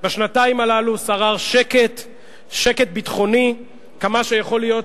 בשנתיים האלה שרר שקט ביטחוני, כמה שיכול להיות